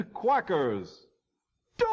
quackers